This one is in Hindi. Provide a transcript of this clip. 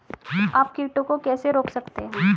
आप कीटों को कैसे रोक सकते हैं?